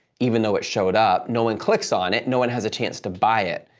even though it showed up, no one clicks on it, no one has a chance to buy it.